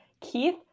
Keith